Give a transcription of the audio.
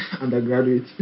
undergraduate